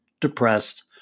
depressed